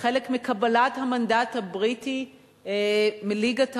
כחלק מקבלת המנדט הבריטי מליגת האומות,